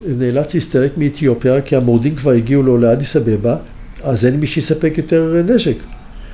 נאלץ להסתלק מאתיופיה, כי המורדים כבר הגיעו לו לאדיס אבבא, אז אין מי שיספק יותר נשק.